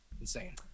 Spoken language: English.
insane